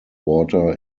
water